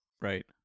Right